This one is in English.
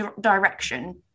direction